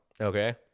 Okay